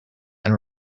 and